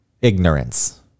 Ignorance